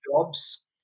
jobs